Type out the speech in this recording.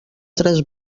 tres